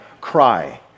cry